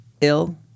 ill